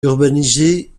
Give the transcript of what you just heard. urbanisée